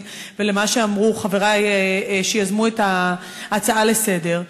ולמה שאמרו חברי שיזמו את ההצעות לסדר-היום.